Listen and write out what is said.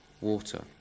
water